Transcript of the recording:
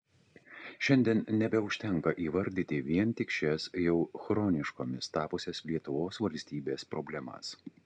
šiandien nebeužtenka įvardyti vien tik šias jau chroniškomis tapusias lietuvos valstybės problemas